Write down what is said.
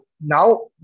Now